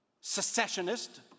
Secessionist